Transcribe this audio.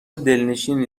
دلنشینی